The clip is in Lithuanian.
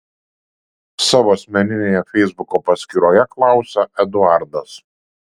savo asmeninėje feisbuko paskyroje klausia eduardas